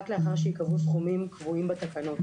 רק לאחר שייקבעו סכומים קבועים בתקנות.